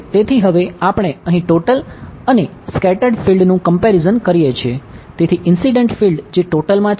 તેથી તે સ્પષ્ટ થાય છે